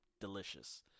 Delicious